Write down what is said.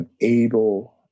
able